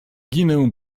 ginę